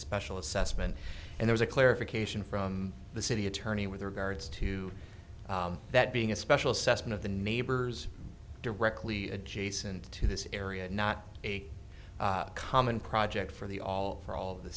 special assessment and there's a clarification from the city attorney with regards to that being a special session of the neighbors directly adjacent to this area not a common project for the all for all of the